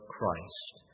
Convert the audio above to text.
Christ